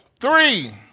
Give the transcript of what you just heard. Three